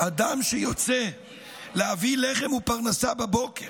אדם שיוצא להביא לחם ופרנסה בבוקר